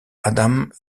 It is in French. adam